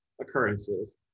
occurrences